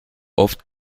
oft